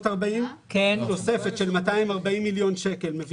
תוספת של 240 מיליון שקלים,